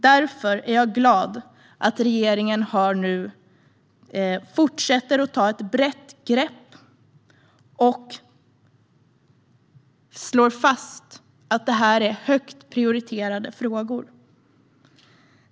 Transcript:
Därför är jag glad att regeringen nu fortsätter att ta ett brett grepp och slår fast att detta är högt prioriterade frågor.